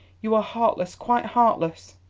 you are heartless, quite heartless.